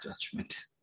judgment